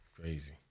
Crazy